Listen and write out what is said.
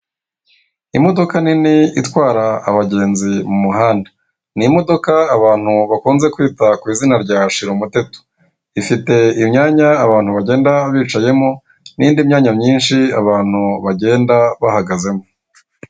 Imodoka nini itwara abagenzi mu muhanda ni imodoka abantu bakunze kwita ku izina rya shirumuteto. Ifite imyanya abantu bagenda bicayemo, n'indi myanya myinshi abantu bagenda bahagazemo.